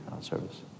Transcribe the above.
service